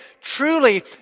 Truly